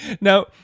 Now